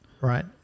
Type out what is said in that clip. right